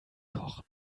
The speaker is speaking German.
kochen